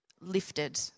lifted